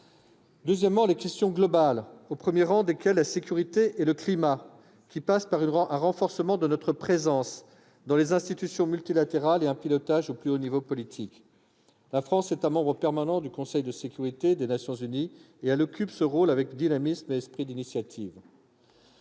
traitement des questions globales, au premier rang desquelles la sécurité et le climat, qui passe par un renforcement de notre présence dans les institutions multilatérales et un pilotage au plus haut niveau politique. La France est membre permanent du Conseil de sécurité des Nations unies et elle tient ce rôle avec dynamisme et esprit d'initiative.